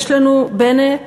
יש לנו בנט